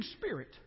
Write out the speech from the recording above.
Spirit